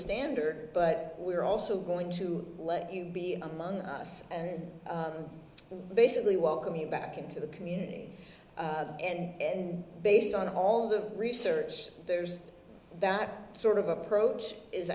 standard but we're also going to let you be among us and basically welcome him back into the community and based on all the research there's that sort of approach is